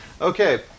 Okay